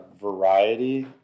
variety